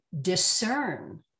discern